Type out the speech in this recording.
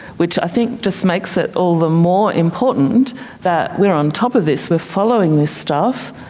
which i think just makes it all the more important that we are on top of this, we are following this stuff,